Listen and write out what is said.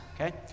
okay